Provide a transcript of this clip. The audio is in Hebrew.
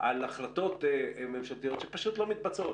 על החלטות ממשלתיות שפשוט לא מתבצעות.